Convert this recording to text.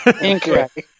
Incorrect